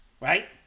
Right